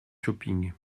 shopping